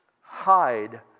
hide